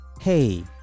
Hey